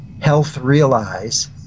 healthrealize